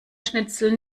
schnitzel